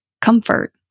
comfort